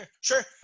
Sure